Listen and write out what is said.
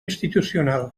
institucional